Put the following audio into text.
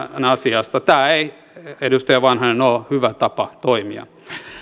asiasta tämä ei edustaja vanhanen ole hyvä tapa toimia